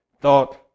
thought